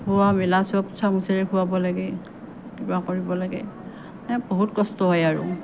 খোৱা মেলা চব চামুচেৰে খোৱাব লাগে কিবা কৰিব লাগে এই বহুত কষ্ট হয় আৰু